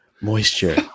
Moisture